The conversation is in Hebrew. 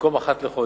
במקום אחת לחודש.